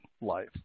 life